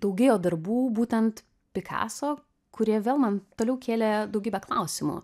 daugėjo darbų būtent pikaso kurie vėl man toliau kėlė daugybę klausimų